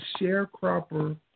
sharecropper